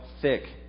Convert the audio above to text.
thick